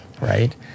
right